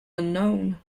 unknown